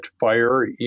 fire